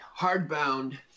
hardbound